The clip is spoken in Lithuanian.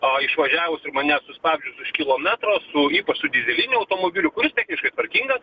a išvažiavus ir mane sustabdžius už kilometro su ypač su dyzeliniu automobiliu kuris techniškai tvarkingas